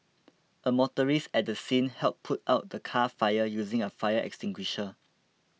a motorist at the scene helped put out the car fire using a fire extinguisher